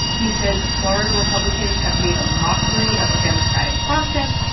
he says florida republicans have made a mockery of the democratic process.